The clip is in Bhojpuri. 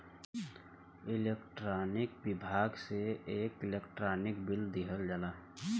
इलेक्ट्रानिक विभाग से एक इलेक्ट्रानिक बिल दिहल जाला